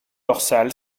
dorsal